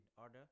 order